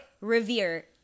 revere